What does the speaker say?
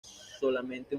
solamente